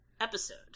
episode